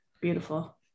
Beautiful